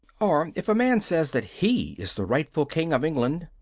or if a man says that he is the rightful king of england,